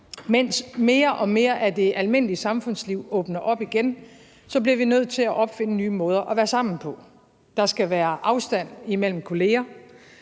Mens mere og mere af det almindelige samfundsliv åbner op igen, bliver vi nødt til at opfinde nye måder at være sammen på. Der skal være afstand imellem kolleger,